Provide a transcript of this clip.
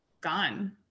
gone